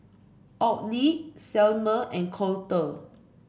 Audley Selmer and Colter